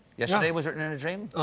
yesterday was written in a dream?